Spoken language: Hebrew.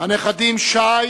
הנכדים שי,